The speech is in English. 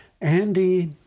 Andy